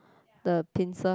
the pincer